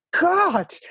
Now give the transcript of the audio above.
God